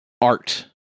art